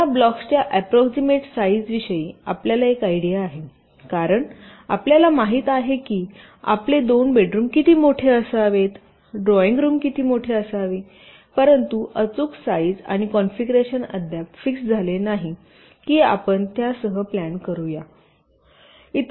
या ब्लॉक्सच्या अप्रॉक्सिमेंट साईजविषयी आपल्याला एक आयडिया आहे कारण आपल्याला माहित आहे की आपले 2 बेडरूम किती मोठे असावेत ड्रॉईंग रूम किती मोठे असावे परंतु अचूक साईज आणि कॉन्फिगरेशन अद्याप फिक्स्ड झाले नाही की आपण त्यासह प्लॅन करू शकता